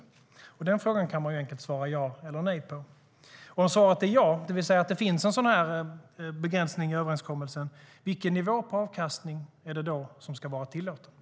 På den frågan kan man enkelt svara ja eller nej.